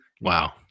Wow